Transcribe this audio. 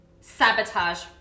sabotage